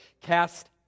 Cast